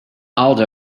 aldo